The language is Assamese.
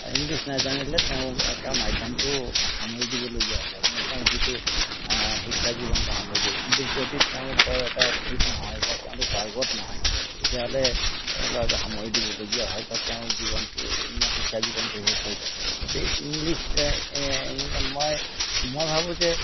ইংলিছ নাজানিলে তেওঁ তেওঁৰ মাধ্যমটোও সামৰি দিবলগীয়া হৈ যায় মানে তেওঁ যিটো শিক্ষা জীৱনটো সামৰি থয় ইংলিছ যদি তেওঁ বৰ এটা ঠিক নহয় বা তেওঁলোক পাৰ্গত নহয় তেতিয়াহ'লে ল'ৰাটো সামৰি দিবলগীয়া হয় বা তেওঁৰ জীৱনটো মানে শিক্ষা জীৱনটো শেষ হৈ যায় গতিকে ইংলিছ মই মই ভাবোঁ যে